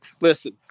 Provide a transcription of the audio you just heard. listen